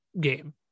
game